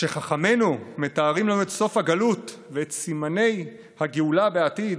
כשחכמינו מתארים לנו את סוף הגלות ואת סימני הגאולה בעתיד,